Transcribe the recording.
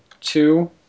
two